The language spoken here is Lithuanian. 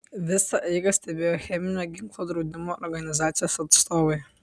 visą eigą stebėjo cheminio ginklo draudimo organizacijos atstovai